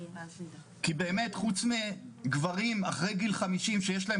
כי באמת חוץ מגברים מעל גיל 50 שיש להם